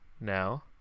now